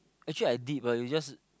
actually I dip ah you just